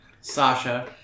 Sasha